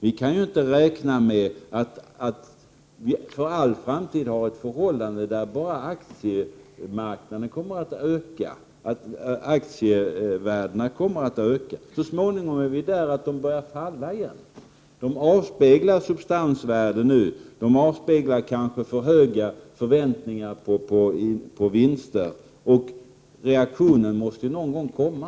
Vi kan inte räkna med att för all framtid ha ett förhållande där aktievärdena kommer att öka. Så småningom börjar de falla igen. De avspeglar substansvärdet. De avspeglar kanske för höga förväntningar på vinster. Reaktionen måste någon gång komma.